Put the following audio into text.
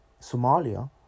Somalia